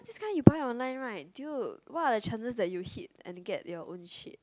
this kind you buy online right dude what are the chances you hit and get their own shit